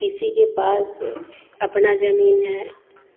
किसी के पास अपनी ज़मीन है